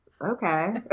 okay